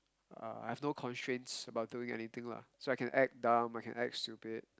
uh I have no constraints about doing anything lah so I can act dumb I can act stupid